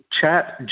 chat